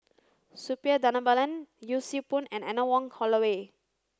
Suppiah Dhanabalan Yee Siew Pun and Anne Wong Holloway